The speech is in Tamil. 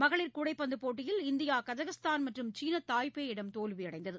மகளிர் கூடைப்பந்துபோட்டியில் இந்தியாகஜகஸ்தான் மற்றும் சீனதாய்பேயிடம் தோல்வியடைந்தது